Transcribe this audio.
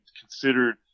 considered